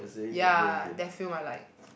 ya that film I like